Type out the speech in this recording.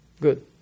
Good